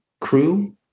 crew